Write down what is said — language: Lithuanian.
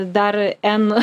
dar n